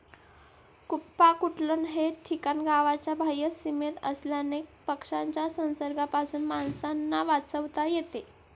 कुक्पाकुटलन हे ठिकाण गावाच्या बाह्य सीमेत असल्याने पक्ष्यांच्या संसर्गापासून माणसांना वाचवता येते